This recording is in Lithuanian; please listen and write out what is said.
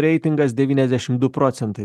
reitingas devyniasdešim du procentai